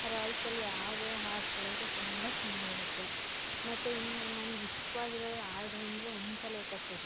ಅವ್ರ ವಾಯ್ಸಲ್ಲಿ ಯಾವುದೇ ಹಾಡು ಕೇಳಿದ್ರೂ ತುಂಬ ಚೆನ್ನಾಗಿರುತ್ತೆ ಮತ್ತು ಇನ್ನು ನನ್ಗೆ ಇಷ್ಟ್ವಾಗಿರೋ ಹಾಡು ಅಂದರೆ ಹಂಸಲೇಖ ಸರ್